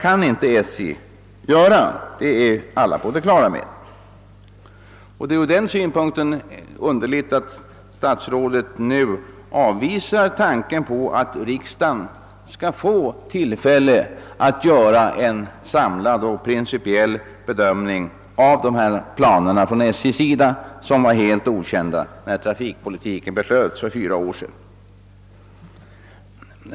Och den prövningen kan inte SJ göra, det är alla på det klara med. Ur den synpunkten är det underligt att statsrådet nu avvisar tanken på att riksdagen skall få tillfälle att göra en samlad, principiell bedömning av SJ:s planer, vilka var helt okända när beslutet om trafikpolitiken fattades för fyra år sedan.